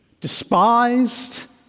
despised